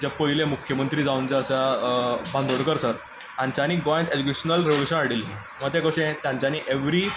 जे पयले मुख्यमंत्री जावन जे आसा बांदोडकर सर हांच्यांनी गोंयांत एज्युकेशनल रेव्होल्युशन हाडिल्लें आनी तें कशें तांच्यांनी एव्हरी